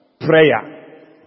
prayer